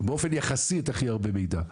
באופן יחסי את הכי הרבה מידע.